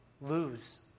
lose